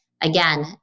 Again